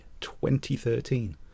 2013